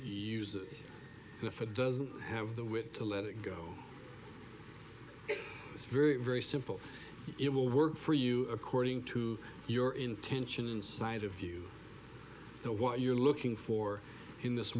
if it doesn't have the wit to let it go it's very very simple it will work for you according to your intention inside of you know what you're looking for in this